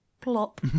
plop